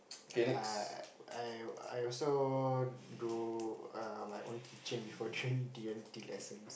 uh I I I also do err my own kitchen before training D-and-T lessons